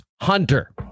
Hunter